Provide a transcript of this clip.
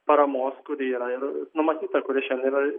paramos kuri yra ir numatyta kuri šiandien yra